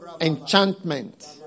Enchantment